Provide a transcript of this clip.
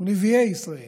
ונביאי ישראל